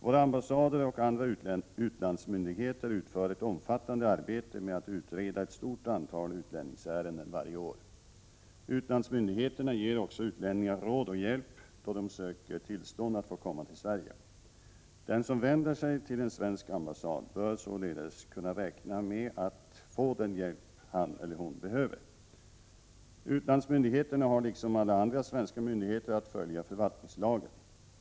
Våra ambassader och andra utlandsmyndigheter utför ett omfattande arbete med att utreda ett stort antal utlänningsärenden varje år. Utlandsmyndigheterna ger också utlänningar råd och hjälp då de söker tillstånd att få komma till Sverige. Den som vänder sig till en svensk ambassad bör således kunna räkna med att få den hjälp han eller hon behöver. Utlandsmyndigheterna har liksom alla andra svenska myndigheter att följa förvaltningslagen .